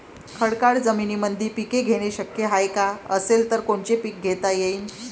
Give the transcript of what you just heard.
खडकाळ जमीनीमंदी पिके घेणे शक्य हाये का? असेल तर कोनचे पीक घेता येईन?